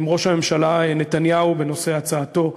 עם ראש הממשלה נתניהו בנושא הצעתו,